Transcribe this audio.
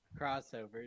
crossovers